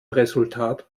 resultat